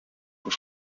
were